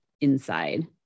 inside